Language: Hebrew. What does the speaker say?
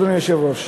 אדוני היושב-ראש.